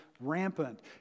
rampant